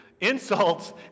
Insults